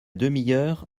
heure